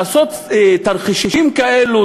לעשות תרחישים כאלה,